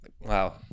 Wow